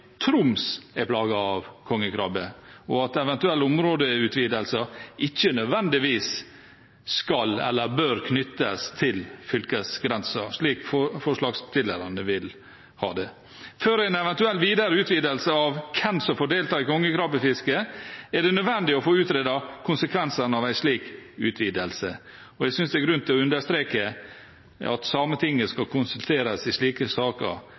Troms er plaget av kongekrabbe, og at eventuelle områdeutvidelser ikke nødvendigvis skal eller bør knyttes til fylkesgrensen, slik forslagsstillerne vil. Før en eventuell videre utvidelse av hvem som får delta i kongekrabbefisket, er det nødvendig å få utredet konsekvensene av en slik utvidelse. Jeg synes det er grunn til å understreke at Sametinget skal konsulteres i slike saker,